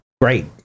great